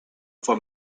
for